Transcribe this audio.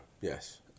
yes